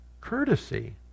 Courtesy